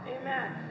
Amen